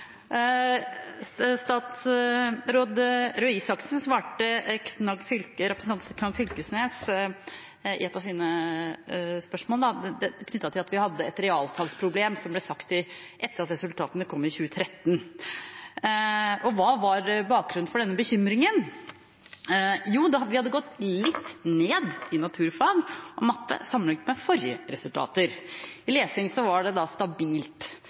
Statsråd Røe Isaksen svarte på representanten Knag Fylkesnes’ spørsmål knyttet til det at vi hadde et realfagsproblem, som det ble sagt, etter at resultatene kom i 2013. Hva var bakgrunnen for denne bekymringen? Jo, vi hadde gått litt ned i naturfag og matte sammenlignet med forrige resultater. I lesing var det stabilt,